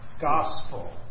gospel